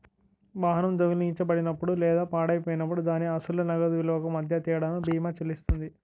వాహనం దొంగిలించబడినప్పుడు లేదా పాడైపోయినప్పుడు దాని అసలు నగదు విలువకు మధ్య తేడాను బీమా చెల్లిస్తుంది